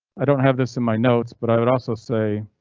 i don't have this in my notes, but i would also say.